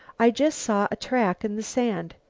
i just saw a track in the sand.